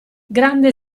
grande